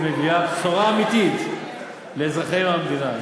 שמביאה בשורה אמיתית לאזרחי המדינה,